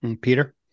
Peter